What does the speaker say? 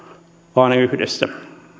vaan yhdessä